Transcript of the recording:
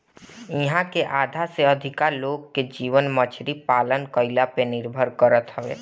इहां के आधा से अधिका लोग के जीवन मछरी पालन कईला पे निर्भर करत हवे